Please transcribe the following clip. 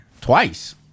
Twice